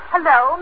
Hello